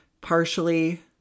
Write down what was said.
partially